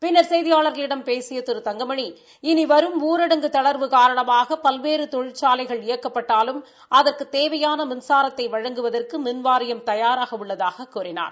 பின்னா் செய்தியாளா்களிடம் பேசிய திரு தங்கமணி இனி வரும் ஊரடங்கு தளா்வு காரணமாக பல்வேறு தொழிற்சாலைகள் இயக்கப்பட்டாலும் அதற்குத் தேவையான மின்சாரத்தையும் வழங்குவதற்கு மின் வாரியம் தயாராக உள்ளதாகக் கூறினார்